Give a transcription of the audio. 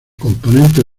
componentes